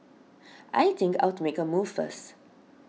I think I'll make a move first